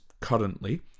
currently